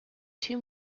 two